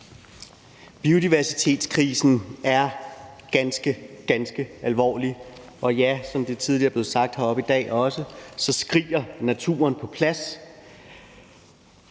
Biodiversitetskrisen er ganske, ganske alvorlig. Og ja, som det tidligere er blevet sagt heroppe – også i dag – skriger naturen på plads,